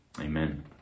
Amen